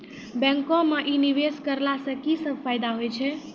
बैंको माई निवेश कराला से की सब फ़ायदा हो छै?